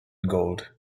gold